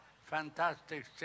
fantastic